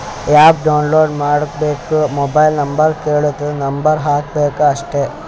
app download ಮಾಡ್ಕೋಬೇಕ್ mobile number ಕೆಳ್ತುದ್ number ಹಾಕಬೇಕ ಅಷ್ಟೇ